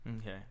Okay